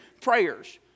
prayers